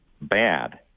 bad